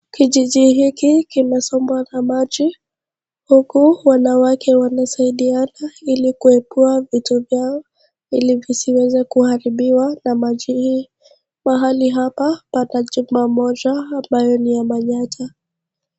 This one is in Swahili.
Kijiji hiki kimesombwa na maji huku wanawake wanasaidiana ili kuokoa vitu vyao, ili visiweze kuharibiwa na maji hii. Mahali hapa pana chumba moja ambayo ni ya Manyata